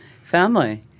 family